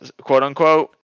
quote-unquote